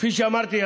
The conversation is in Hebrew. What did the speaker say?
כפי שאמרתי,